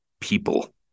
people